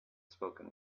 spoken